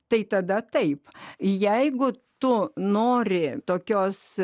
tai tada taip jeigu tu nori tokios